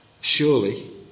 surely